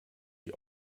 die